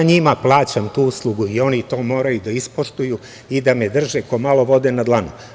Ja njima plaćam tu uslugu i oni moraju to da ispoštuju i da me drže kao malo vode na dlanu.